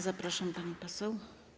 Zapraszam panią poseł.